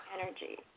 energy